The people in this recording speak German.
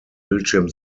bildschirm